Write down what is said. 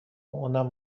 اونم